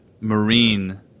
Marine